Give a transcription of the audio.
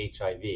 HIV